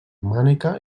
romànica